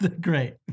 Great